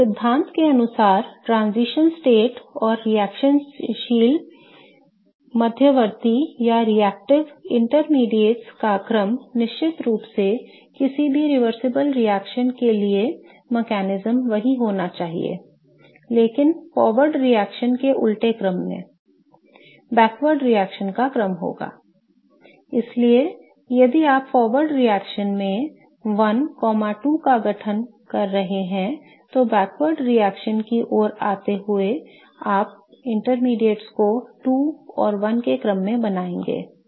तो इस सिद्धांत के अनुसार ट्रांजिशन स्टेट और रिएक्शनशील मध्यवर्तीों का क्रम निश्चित रूप से किसी भी reversible reaction के लिए तंत्र वही होना चाहिए लेकिन forward reaction के उलटे क्रम में backward reaction का क्रम होगा I इसलिए यदि आप forward reaction में 1 2 का गठन कर रहे हैं तो backward reaction की ओर आते हुए आप मध्यवर्ती को 2 और 1 के क्रम में बनाएंगे